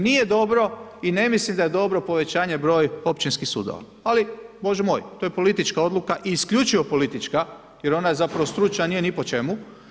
Nije dobro i ne mislim da je dobro povećanje broj općinskih sudova, ali Bože moj, to je politička odluka i isključivo politička, jer ona zapravo stručan nije ni po čemu.